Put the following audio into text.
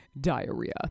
diarrhea